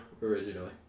Originally